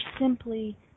simply